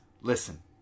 listen